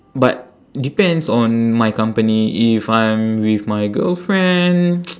but depends on my company if I'm with my girlfriend